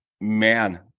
man